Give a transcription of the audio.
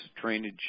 drainage